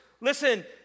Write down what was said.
Listen